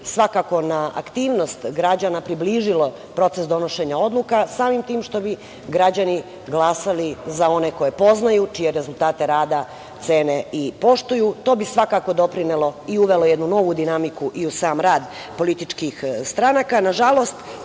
svakako na aktivnost građana, približilo proces donošenja odluka, samim tim što bi građani glasali za one koje poznaju, čije rezultate rada cene i poštuju. To bi svakako doprinelo i uvelo jednu novu dinamiku i u sam rad političkih stranaka.